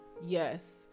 yes